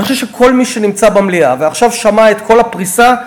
אני חושב שכל מי שנמצא במליאה ועכשיו שמע את כל הפריסה,